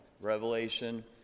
Revelation